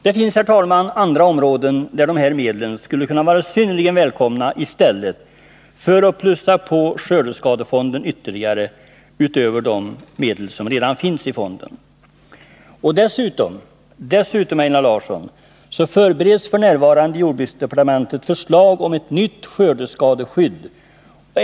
Det finns, herr talman, andra statsverksamheten, områden där de här medlen skulle vara synnerligen välkomna. Dessutom, mm.m. Einar Larsson, förbereds f. n. i jordbruksdepartementet förslag om ett nytt skördeskadeskydd.